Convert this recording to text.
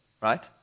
right